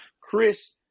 Chris